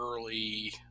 early